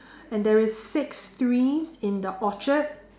and there is six trees in the orchard